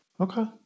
Okay